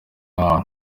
wabo